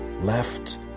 Left